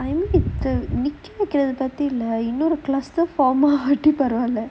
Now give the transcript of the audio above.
நிக்க வைக்கிறத பத்தி இல்ல இன்னொரு:nikka vaikiratha pathi illa innoru cluster form ஆகாட்டி பரவால்ல:aagaatti paravaalla